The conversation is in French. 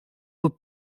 aux